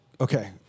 okay